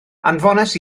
anfonais